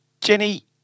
Jenny